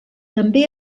també